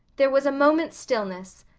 there was moment's stillness.